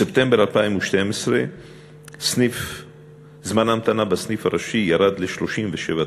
בספטמבר 2012 זמן ההמתנה בסניף הראשי ירד ל-37 דקות.